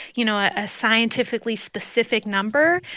you know, a scientifically specific number.